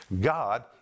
God